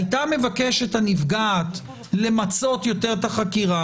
היתה מבקשת הנפגעת למצות יותר את החקירה,